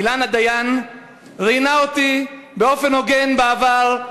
אילנה דיין ראיינה אותי באופן הוגן בעבר.